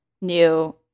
new